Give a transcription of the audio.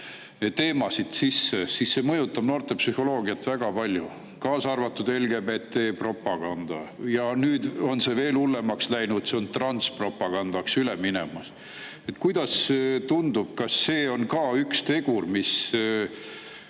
teemad, siis see mõjutab noorte psühholoogiat väga palju. Kaasa arvatud LGBT-propaganda, mis on nüüd veel hullemaks läinud, kuna see on transpropagandaks üle minemas. Kuidas tundub, kas see on ka üks tegur